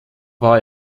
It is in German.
war